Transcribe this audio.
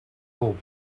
rule